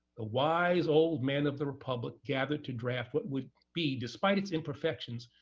the wise old men of the republic gathered to draft what would be, despite its imperfections,